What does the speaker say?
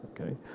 okay